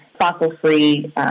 fossil-free